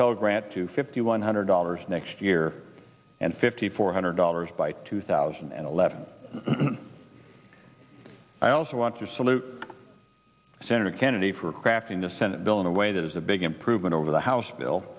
grant to fifty one hundred dollars next year and fifty four hundred dollars by two thousand and eleven i also want to salute senator kennedy for crafting the senate bill in a way that is a big improvement over the house bill